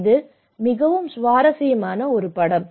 இது மிகவும் சுவாரஸ்யமானது